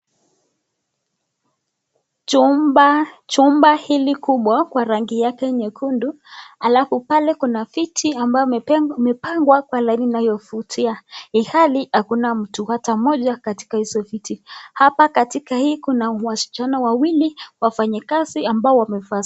Chumba hili kubwa kwa rangi yake nyekundu alafu pale kuna viti ambayo imepangwa kwa laini inayofutia ihali hakuna Mtu ata moja katika hizi viti , hapa katika hii Kuna wasichana wawili wafanyikazi ambao wamefaa sare.